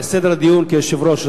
לסדר הדיון כיושב-ראש.